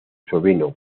sobrino